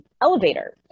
elevator